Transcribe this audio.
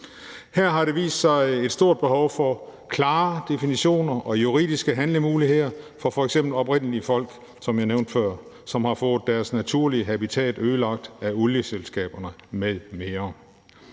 Her har der vist sig et stort behov for klare definitioner og juridiske handlemuligheder for f.eks. oprindelige folk, som jeg nævnte før, som har fået deres naturlige habitat ødelagt af olieselskaberne m.m.